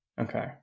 Okay